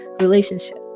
relationship